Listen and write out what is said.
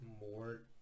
more